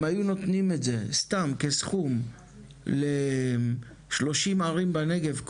אם היו נותנים את זה סתם כסכום ל-30 ערים בנגב,